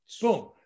Boom